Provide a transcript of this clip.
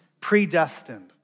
predestined